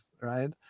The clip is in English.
right